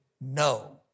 no